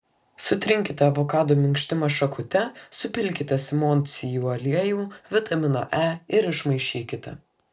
sutrinkite avokado minkštimą šakute supilkite simondsijų aliejų vitaminą e ir išmaišykite